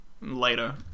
later